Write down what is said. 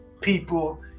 people